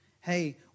Hey